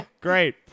Great